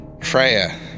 Freya